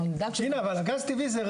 ג'ינה אבל הגז הטבעי זה רעל,